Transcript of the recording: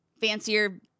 fancier